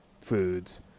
foods